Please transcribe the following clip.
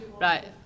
Right